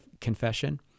confession